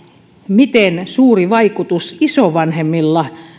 miten suuri vaikutus isovanhemmilla